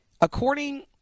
According